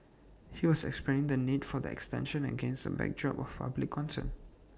he was explaining the need for the extension against A backdrop of public concern